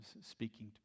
speaking